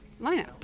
lineup